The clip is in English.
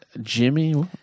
Jimmy